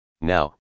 Now